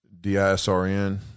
DISRN